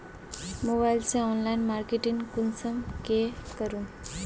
Mobile से online marketing कुंसम के करूम?